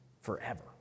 forever